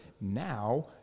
now